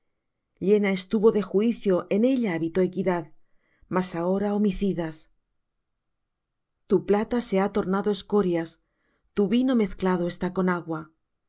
llena estuvo de juicio en ella habitó equidad mas ahora homicidas tu plata se ha tornado escorias tu vino mezclado está con agua